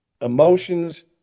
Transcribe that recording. emotions